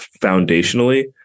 foundationally